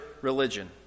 religion